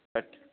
cut